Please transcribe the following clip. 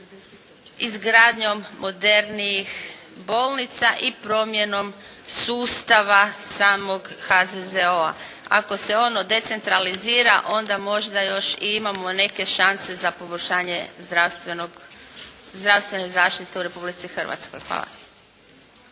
izgradnjom modernijih bolnica i promjenom sustava samog HZZO-a. Ako se ono decentralizira onda možda još i imamo neke šanse za poboljšanje zdravstvene zaštite u Republici Hrvatskoj. Hvala.